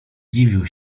dziwił